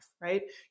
right